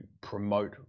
promote